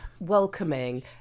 Welcoming